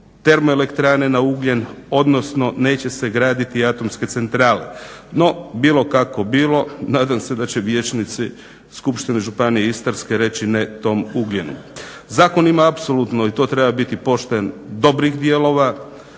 termoelektrane na ugljen, odnosno neće se graditi atomske centrale. No, bilo kako bilo nadam se da će vijećnici Skupštine županije Istarske reći ne tom ugljenu. Zakon ima apsolutno, i to treba biti pošten dobrih dijelova,